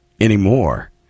anymore